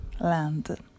land